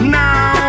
now